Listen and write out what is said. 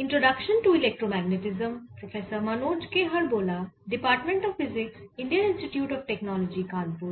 এই শেষ অধিবেশনে আমরা সমাধান করব